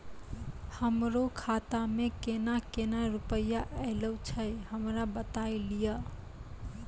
हमरो खाता मे केना केना रुपैया ऐलो छै? हमरा बताय लियै?